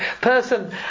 person